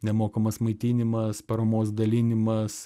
nemokamas maitinimas paramos dalinimas